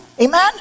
Amen